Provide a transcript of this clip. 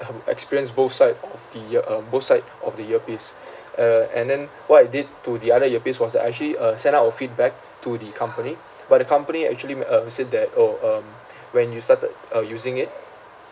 um experience both side of the um both side of the earpiece uh and then what I did to the other earpiece was that I actually uh send out a feedback to the company but the company actually mm uh said that orh um when you started uh using it